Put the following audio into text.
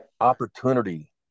opportunity